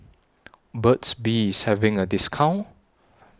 Burt's Bee IS having A discount